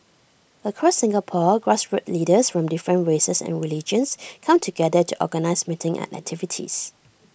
across Singapore grassroots leaders from different races and religions come together to organise meetings and activities